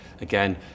again